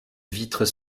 vitres